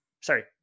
sorry